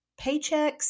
paychecks